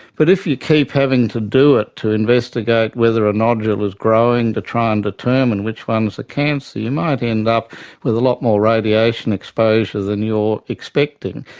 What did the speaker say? but if you keep having to do it to investigate whether a nodule is growing, to try and determine which one is a cancer, you might end up with a lot more radiation exposure than you are expecting.